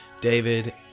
David